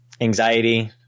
anxiety